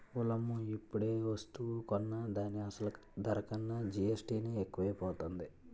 ఓలమ్మో ఇప్పుడేవస్తువు కొన్నా దాని అసలు ధర కన్నా జీఎస్టీ నే ఎక్కువైపోనాది